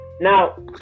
Now